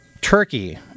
Turkey